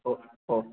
okay okay